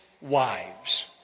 wives